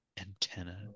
antenna